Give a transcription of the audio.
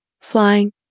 Flying